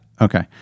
okay